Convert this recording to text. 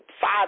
five